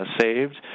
saved